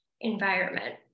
environment